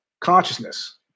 Consciousness